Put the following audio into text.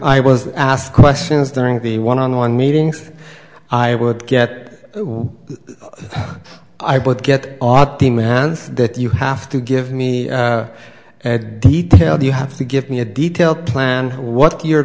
i was asked questions during the one on one meetings i would get i would get odd demands that you have to give me details you have to give me a detailed plan what you're